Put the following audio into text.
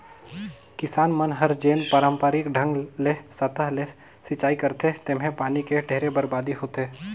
किसान मन हर जेन पांरपरिक ढंग ले सतह ले सिचई करथे तेम्हे पानी के ढेरे बरबादी होथे